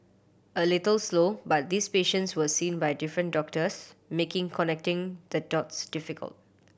a little slow but these patients were seen by different doctors making connecting the dots difficult